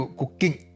cooking